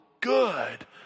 good